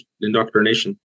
indoctrination